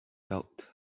felt